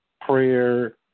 prayer